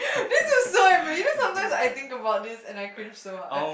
this is a so ever sometimes I think about this and I cringe so hard